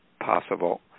possible